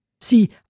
See